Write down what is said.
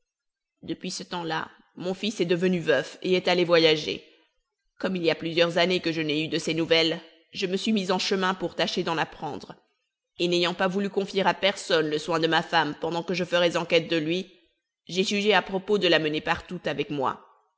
depuis ce temps-là mon fils est devenu veuf et est allé voyager comme il y a plusieurs années que je n'ai eu de ses nouvelles je me suis mis en chemin pour tâcher d'en apprendre et n'ayant pas voulu confier à personne le soin de ma femme pendant que je ferais enquête de lui j'ai jugé à propos de la mener partout avec moi